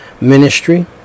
ministry